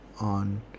on